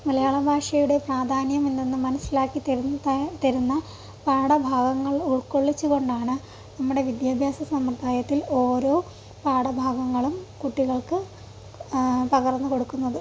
മലയാള ഭാഷയുടെ പ്രാധാന്യം എന്തെന്ന് മനസ്സിലാക്കിത്തരുന്ന ത തരുന്ന പാഠഭാഗങ്ങൾ ഉൾക്കൊള്ളിച്ച് കൊണ്ടാണ് നമ്മുടെ വിദ്യാഭ്യാസ സമ്പ്രദായത്തിൽ ഓരോ പാഠഭാഗങ്ങളും കുട്ടികൾക്ക് പകർന്ന് കൊടുക്കുന്നത്